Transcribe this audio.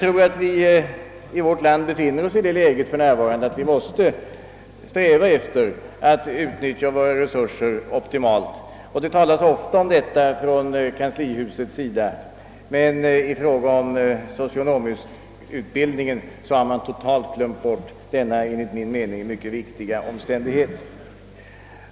Vi befinner oss här i landet för närvarande i det läget att vi måste sträva efter att optimalt utnyttja våra resurser. Det talas ofta om detta från kanslihusets sida, men i fråga om socionomutbildningen har man totalt glömt bort denna enligt min uppfattning mycket viktiga omständighet.